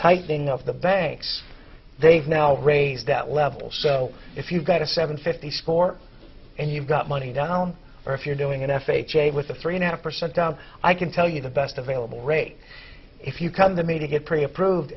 tightening of the banks they've now raised that level so if you've got a seven fifty score and you've got money down or if you're doing an f h a with a three and a half percent down i can tell you the best available rate if you come to me to get pre approved